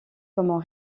comment